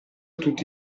tutti